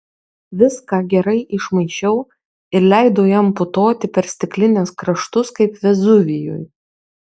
viską gerai išmaišiau ir leidau jam putoti per stiklinės kraštus kaip vezuvijui